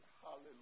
hallelujah